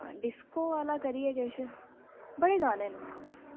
disco आह्ला करियै किश बड़े गाने न